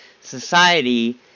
society